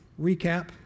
recap